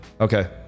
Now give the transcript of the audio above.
okay